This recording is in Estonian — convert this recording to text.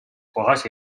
kohas